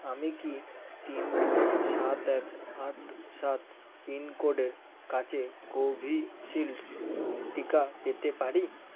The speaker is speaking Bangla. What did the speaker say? আমি কি তিন দুই সাত এক আট সাত পিনকোডের কাছে কোভিশিল্ড টিকা পেতে পারি